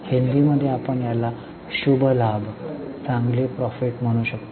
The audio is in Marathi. हिंदीमध्ये आपण याला "शुभ लाभ" चांगले प्रॉफिट म्हणू शकतो